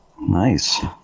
Nice